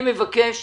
אני מבקש